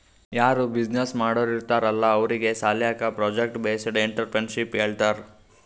ಯಾರೂ ಬಿಸಿನ್ನೆಸ್ ಮಾಡೋರ್ ಇರ್ತಾರ್ ಅಲ್ಲಾ ಅವ್ರಿಗ್ ಸಾಲ್ಯಾಕೆ ಪ್ರೊಜೆಕ್ಟ್ ಬೇಸ್ಡ್ ಎಂಟ್ರರ್ಪ್ರಿನರ್ಶಿಪ್ ಹೇಳ್ತಾರ್